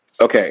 okay